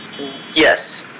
Yes